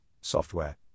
software